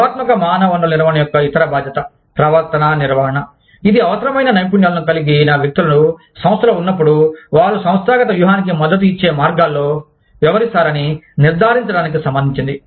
వ్యూహాత్మక మానవ వనరుల నిర్వహణ యొక్క ఇతర బాధ్యత ప్రవర్తన నిర్వహణ ఇది అవసరమైన నైపుణ్యాలు కలిగిన వ్యక్తులు సంస్థలో ఉన్నప్పుడు వారు సంస్థాగత వ్యూహానికి మద్దతు ఇచ్చే మార్గాల్లో వ్యవహరిస్తారని నిర్ధారించడానికి సంబంధించినది